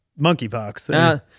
monkeypox